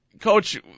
coach